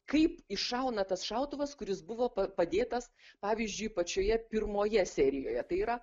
kaip iššauna tas šautuvas kuris buvo padėtas pavyzdžiui pačioje pirmoje serijoje tai yra